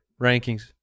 rankings